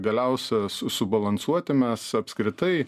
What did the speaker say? galiausia subalansuoti mes apskritai